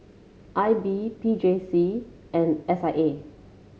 I B P J C and S I A